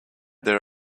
their